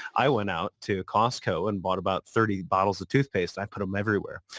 i went out to costco and bought about thirty bottles of toothpaste. i put them everywhere.